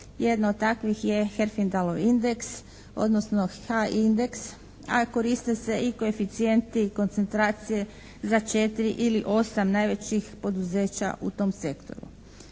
Jedna od takvih je Herfindalov indeks, odnosno H-indeks, a koriste se i koeficijenti koncentracije za četiri ili osam najvećih poduzeća u tom sektoru.